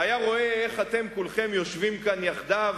והיה רואה איך אתם כולכם יושבים כאן יחדיו,